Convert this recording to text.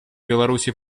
беларуси